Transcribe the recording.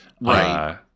Right